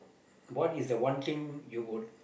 what is the one thing you would